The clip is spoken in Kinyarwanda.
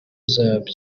zabwo